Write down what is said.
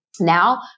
now